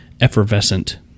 effervescent